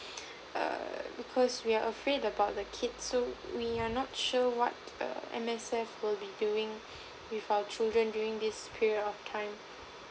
err because we are afraid about the kids so we are not sure what err M_S_F will be doing with our children during this period of time